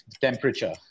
temperature